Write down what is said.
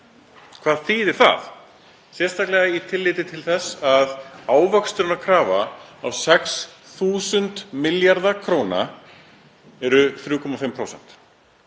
Hvað þýðir það, sérstaklega með tilliti til þess að ávöxtunarkrafa á 6.000 milljörðum kr. eru 3,5%?